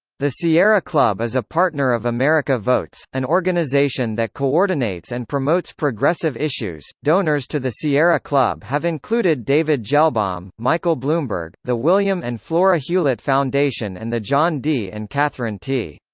the sierra club is a partner of america votes, an organization that coordinates and promotes progressive issues donors to the sierra club have included david gelbaum, michael bloomberg, the william and flora hewlett foundation and the john d. and catherine t.